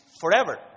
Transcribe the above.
forever